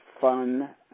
fun